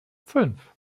fünf